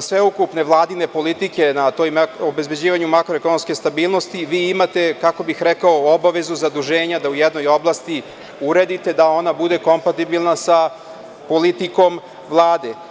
sveukupne Vladine politike na obezbeđivanju makroekonomske stabilnosti vi imate, kako bih rekao, obavezu, zaduženja da u jednoj oblasti uredite da ona bude kompatibilna sa politikom Vlade.